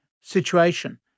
situation